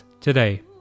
today